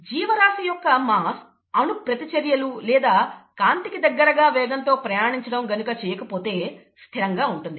జీవరాశి యొక్క మాస్ అణు ప్రతిచర్యలు లేదా కాంతికి దగ్గరగా వేగంతో ప్రయాణించడం గనుక చేయకపోతే స్థిరంగా ఉంటుంది